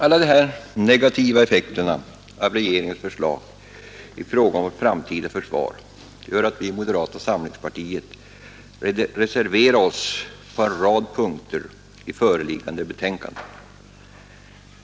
Alla dessa negativa effekter av regeringens förslag i fråga om vårt framtida försvar gör att vi i moderata samlingspartiet reserverat oss på en rad punkter i föreliggande betänkande.